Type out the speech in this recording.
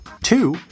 Two